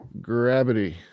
Gravity